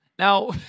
Now